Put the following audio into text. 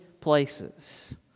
places